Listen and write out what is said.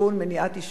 מניעת עישון,